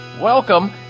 Welcome